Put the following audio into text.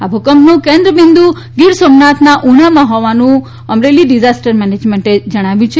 આ ભૂકંપનું કેન્દ્ર બિંદ ગીર સોમનાથના ઉનામાં હોવાનું અમરેલી ડિઝાસ્ટર મેનેજમેન્ટે જણાવ્યું છે